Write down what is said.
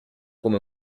come